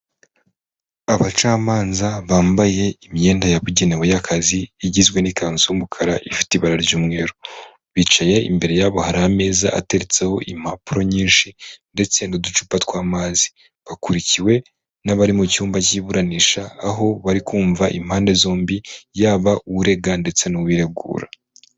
Abacamanza bambaye imyenda yabugenewe y'akazi igizwe n'ikanzu y'umukara ifite ibara ry'umweru, bicaye imbere yabo hari ameza ateretseho impapuro nyinshi ndetse n'uducupa tw'amazi, bakurikiwe n'abari mu cyumba cy'iburanisha aho bari kumva impande zombi yaba urega ndetse n'uwiregura.